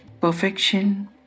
Perfection